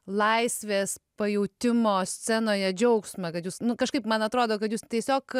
laisvės pajautimo scenoje džiaugsmą kad jūs nu kažkaip man atrodo kad jūs tiesiog